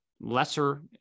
lesser